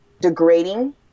degrading